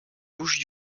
bouches